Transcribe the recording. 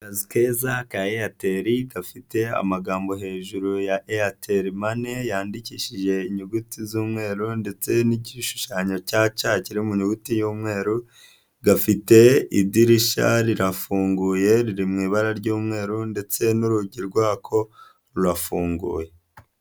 akazi keza ka Eyateri gafite amagambo hejuru ya eyateri mane yandikishije inyuguti z'umweru ndetse n'igishushanyo cya ca kiri mu nyuguti y'mweru, gafite idirishya rirafunguye riri mu ibara ry'umweru ndetse n'urugi rwako rurafunguye.